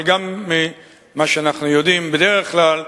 אבל מה שאנחנו יודעים בדרך כלל,